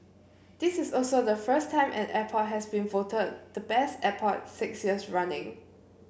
this is also the first time an airport has been voted the Best Airport six years running